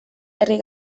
herri